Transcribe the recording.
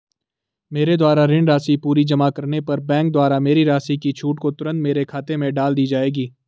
मेरे द्वारा ऋण राशि पूरी जमा करने पर बैंक द्वारा मेरी राशि की छूट को तुरन्त मेरे खाते में डाल दी जायेगी?